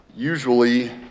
Usually